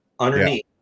underneath